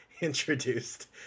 introduced